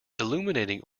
illuminating